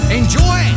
enjoy